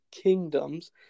kingdoms